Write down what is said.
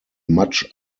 much